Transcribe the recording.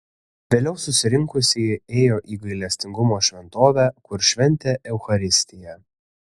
vėliau susirinkusieji ėjo į gailestingumo šventovę kur šventė eucharistiją